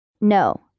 No